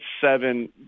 seven